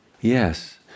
Yes